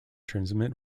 transmit